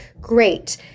great